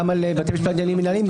גם על בית המשפט לעניינים מינהליים,